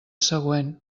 següent